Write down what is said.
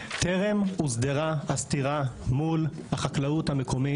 טרם הוסדרה הסתירה מול החקלאות המקומית